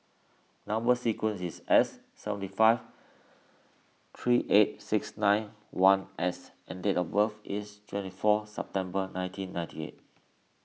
Number Sequence is S seventy five three eight six nine one S and date of birth is twenty four September nineteen ninety eight